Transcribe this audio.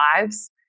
lives